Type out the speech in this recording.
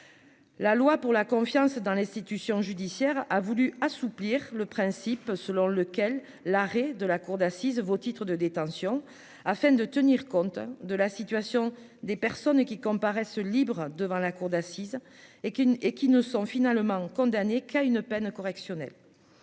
la loi pour la confiance dans l'institution judiciaire a voulu assouplir le principe selon lequel l'arrêt de la cour d'assises vos titres de détention afin de tenir compte de la situation des personnes qui comparaissent libres devant la cour d'assises et qui, et qui ne sont finalement condamné qu'à une peine correctionnelle